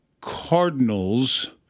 Cardinals